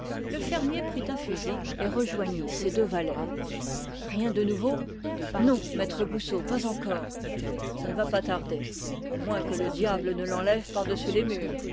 le fermier prit un fusil et rejoignit ses deux valets rien de nouveau non maître goussot pas encore ça ne va pas tarder à moins que le diable ne l'enlève par-dessus les murs